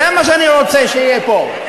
זה מה שאני רוצה שיהיה פה.